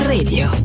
Radio